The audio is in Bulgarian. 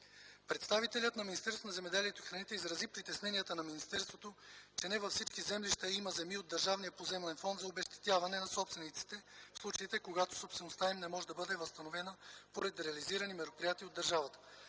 храните изрази притесненията на министерството, че не във всички землища има земи от Държавния поземлен фонд за обезщетяване на собствениците в случаите, когато собствеността им не може да бъде възстановена, поради реализирани мероприятия от държавата.